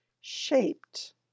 shaped